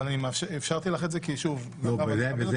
אבל אפשרתי לך את זה כי, שוב, אני מכבד אותך.